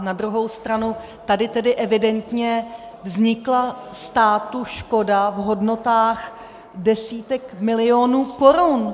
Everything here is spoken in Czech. Na druhou stranu tady tedy evidentně vznikla státu škoda v hodnotách desítek milionů korun.